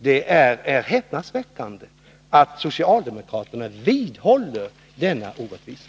Det är häpnadsväckande att socialdemokraterna vidhåller denna orättvisa.